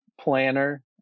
planner